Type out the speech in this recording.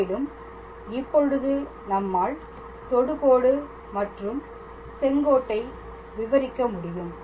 மேலும் இப்பொழுது நம்மால் தொடுகோடு மற்றும் செங்கோட்டை விவரிக்க முடியும்